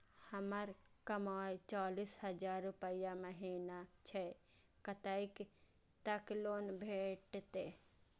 हमर कमाय चालीस हजार रूपया महिना छै कतैक तक लोन भेटते?